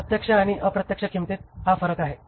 प्रत्यक्ष आणि अप्रत्यक्ष किंमतीत हा फरक आहे